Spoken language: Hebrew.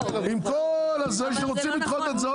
עם כל הזה שרוצים לדחות את זה,